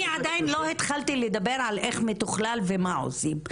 אני עדיין לא התחלתי לדבר על איך מתוכלל ומה עושים.